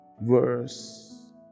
verse